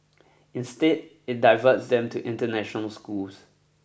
instead it diverts them to international schools